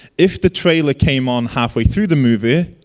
if the trailer came on halfway through the movie.